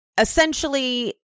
essentially